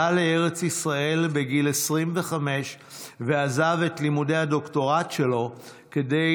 עלה לארץ ישראל בגיל 25 ועזב את לימודי הדוקטורט שלו כדי